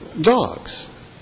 Dogs